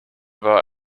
war